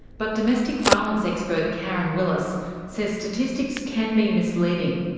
but domestic violence expert karen willis says statistics can be misleading.